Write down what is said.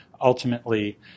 Ultimately